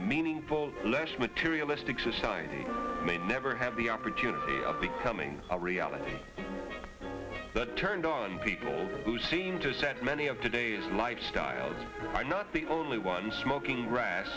a meaningful less materialistic society may never have the opportunity of becoming a reality but turned on people who seem to set many of today's lifestyles are not the only ones smoking gras